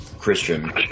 Christian